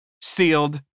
sealed